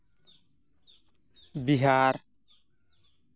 Bihar